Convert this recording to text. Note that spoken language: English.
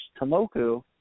Tomoku